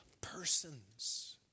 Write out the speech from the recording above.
persons